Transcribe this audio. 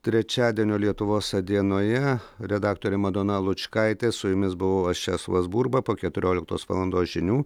trečiadienio lietuvos dienoje redaktorė madona lučkaitė su jumis buvau aš česlovas burba po keturioliktos valandos žinių